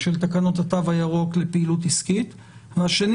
של תקנות התו הירוק לפעילות עסקית והשני